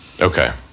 Okay